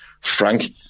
Frank